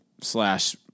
slash